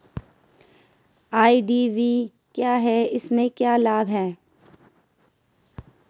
IDV क्या है इसमें क्या लाभ है?